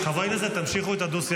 אבל נגמר לי הזמן.